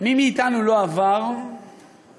מי מאתנו לא עבר לפחות,